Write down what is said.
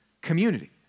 community